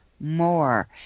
more